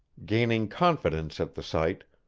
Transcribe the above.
gaining confidence at the sight,